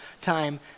time